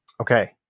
Okay